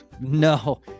No